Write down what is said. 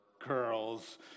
curls